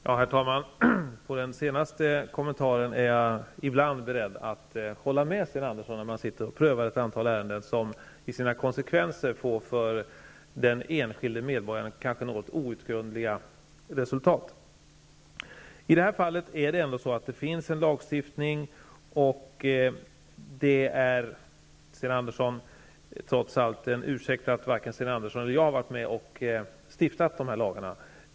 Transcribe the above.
Herr talman! Om den senaste kommentaren är jag ibland beredd att hålla med Sten Andersson i Malmö t.ex. när man har att pröva ett antal ärenden som kanske får något outgrundliga konsekvenser för den enskilde medborgaren. I det här fallet är det ändå så att det finns en lagstiftning, och det är trots allt en ursäkt att varken Sten Andersson eller jag har varit med och stiftat de lagarna.